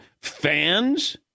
fans